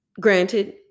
granted